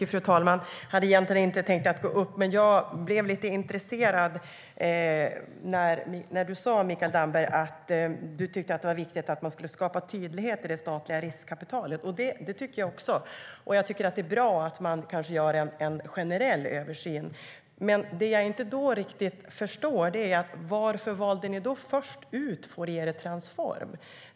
Fru talman! Jag hade egentligen inte tänkt delta i debatten, men jag blev lite intresserad när du sa att du tyckte att det var viktigt att skapa tydlighet i det statliga riskkapitalet, Mikael Damberg. Det tycker jag också, och jag tycker att det är bra att man kanske gör en generell översyn. Det jag dock inte riktigt förstår är varför ni då först valde ut Fouriertransform.